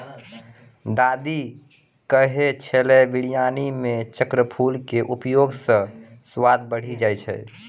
दादी कहै छेलै बिरयानी मॅ चक्रफूल के उपयोग स स्वाद बढ़ी जाय छै